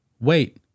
Wait